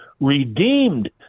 redeemed